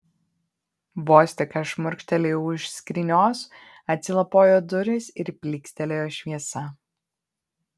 vos tik aš šmurkštelėjau už skrynios atsilapojo durys ir plykstelėjo šviesa